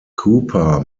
cooper